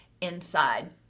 inside